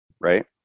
right